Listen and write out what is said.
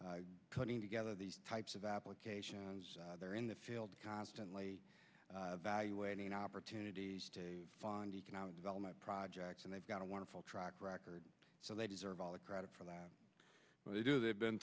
at putting together these types of applications they're in the field constantly evaluating opportunities to find economic development projects and they've got a wonderful track record so they deserve all the credit for that but they do they've been